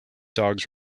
dogs